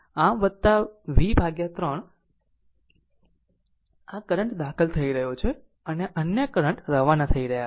આમ v 3 આ current દાખલ થઈ રહ્યો છે અને અન્ય કરંટ રવાના થઈ રહ્યા છે